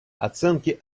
оценки